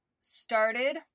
started